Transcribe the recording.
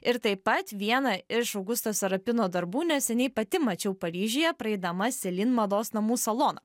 ir taip pat viena iš augusto serapino darbų neseniai pati mačiau paryžiuje praeidama celine mados namų saloną